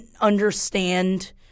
understand